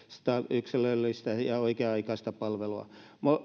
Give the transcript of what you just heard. yksilöllistä ja oikea aikaista palvelua